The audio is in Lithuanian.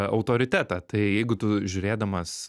autoritetą tai jeigu tu žiūrėdamas